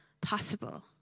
possible